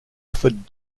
offered